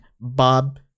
Bob